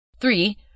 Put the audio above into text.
Three